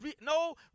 no